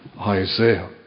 Isaiah